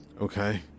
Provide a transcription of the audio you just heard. Okay